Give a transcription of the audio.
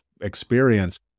experience